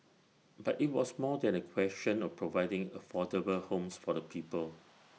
but IT was more than A question of providing affordable homes for the people